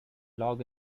log